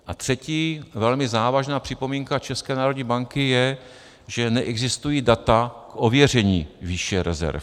A třetí, velmi závažná připomínka České národní banky, je, že neexistují data k ověření výše rezerv.